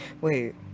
Wait